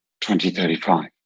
2035